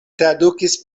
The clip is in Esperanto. tradukis